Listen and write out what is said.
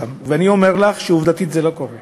ואני אומר לך שעובדתית זה לא קורה.